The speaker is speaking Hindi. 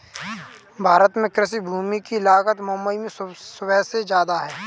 भारत में कृषि भूमि की लागत मुबई में सुबसे जादा है